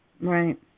right